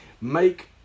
make